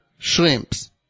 Shrimps